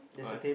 oh